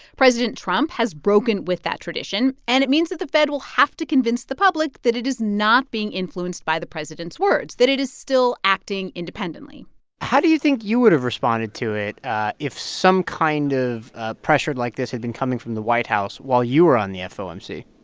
president trump has broken with that tradition, and it means that the fed will have to convince the public that it is not being influenced by the president's words, that it is still acting independently how do you think you would have responded to it if some kind of pressure like this had been coming from the white house while you were on the fomc?